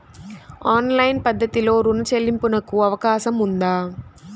Online పద్ధతిలో రుణ చెల్లింపునకు అవకాశం ఉందా?